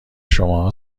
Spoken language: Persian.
شماها